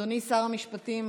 גם אדוני שר המשפטים,